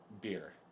beer